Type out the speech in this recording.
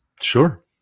Sure